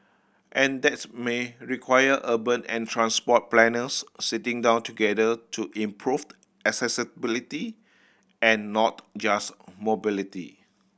and that's may require urban and transport planners sitting down together to improved accessibility and not just mobility